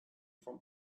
from